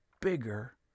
bigger